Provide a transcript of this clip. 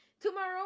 Tomorrow